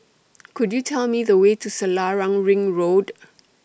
Could YOU Tell Me The Way to Selarang Ring Road